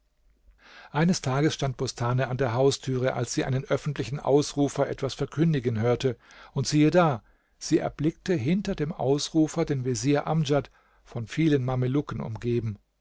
eines tages stand bostane an der haustüre als sie einen öffentlichen ausrufer etwas verkündigen hörte und siehe da sie erblickte hinter dem ausrufer den vezier amdjad von vielen mamelucken umgeben